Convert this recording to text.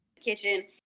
kitchen